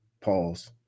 Pause